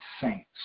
saints